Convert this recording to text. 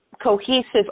cohesive